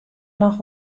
noch